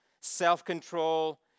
self-control